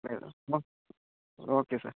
okay sir